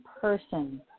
person